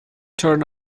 turn